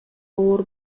оор